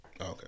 Okay